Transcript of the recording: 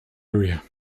area